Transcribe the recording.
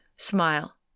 Smile